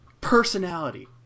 ...personality